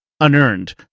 Unearned